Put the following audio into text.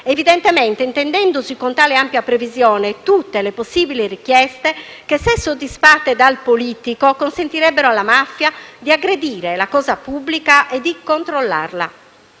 evidentemente intendendosi con tale ampia previsione tutte le possibili richieste che, se soddisfatte dal politico, consentirebbero alla mafia di aggredire la cosa pubblica e di controllarla.